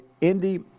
Indy